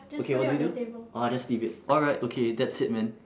okay what do we do oh just leave it alright okay that's it man